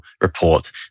report